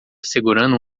segurando